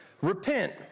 Repent